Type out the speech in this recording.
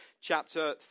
chapter